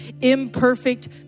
imperfect